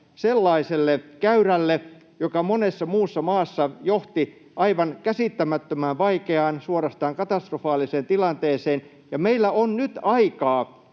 sellaiselle käyrälle, joka monessa muussa maassa johti aivan käsittämättömän vaikeaan, suorastaan katastrofaaliseen tilanteeseen, ja meillä on nyt aikaa